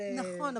נכון,